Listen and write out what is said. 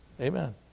Amen